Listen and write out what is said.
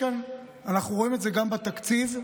אנחנו רואים את זה גם בתקציב,